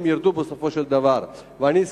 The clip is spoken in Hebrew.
ובסופו של דבר המחירים ירדו.